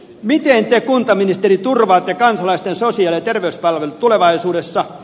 miten te kuntaministeri turvaatte kansalaisten sosiaali ja terveyspalvelut tulevaisuudessa